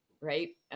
right